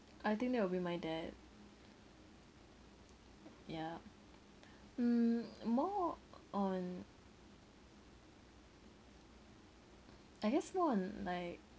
I think that will be my dad yeah mm more on I guess more on like